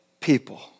people